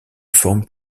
forme